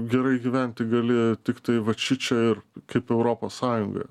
gerai gyventi gali tiktai vat šičia ir kaip europos sąjunga